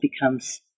becomes